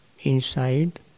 inside